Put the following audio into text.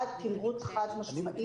אחד, תמרוץ חד-משמעי